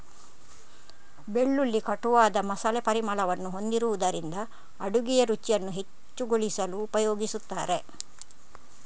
ಬೆಳ್ಳುಳ್ಳಿ ಕಟುವಾದ ಮಸಾಲೆ ಪರಿಮಳವನ್ನು ಹೊಂದಿರುವುದರಿಂದ ಅಡುಗೆಯ ರುಚಿಯನ್ನು ಹೆಚ್ಚುಗೊಳಿಸಲು ಉಪಯೋಗಿಸುತ್ತಾರೆ